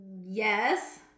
Yes